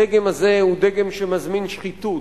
הדגם הזה הוא דגם שמזמין שחיתות.